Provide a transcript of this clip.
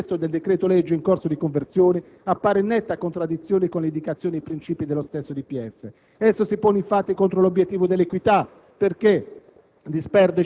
Del resto, il testo del decreto-legge in corso di conversione appare in netta contraddizione con le indicazioni e i princìpi dello stesso DPEF. Esso si pone contro l'obiettivo dell'equità, perché